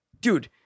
Dude